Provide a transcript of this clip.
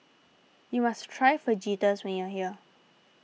you must try Fajitas when you are here